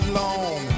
long